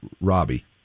Robbie